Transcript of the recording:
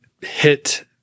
hit